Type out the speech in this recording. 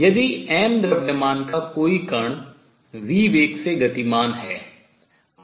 यदि m द्रव्यमान का कोई कण v वेग से गतिमान है